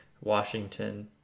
Washington